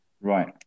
right